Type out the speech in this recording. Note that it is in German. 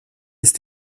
ist